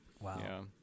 Wow